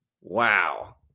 Wow